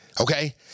okay